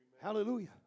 Hallelujah